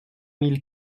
mille